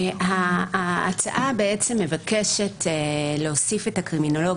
ההצעה בעצם מבקשת להוסיף את הקרימינולוג